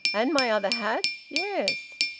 and my other hat? yes.